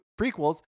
prequels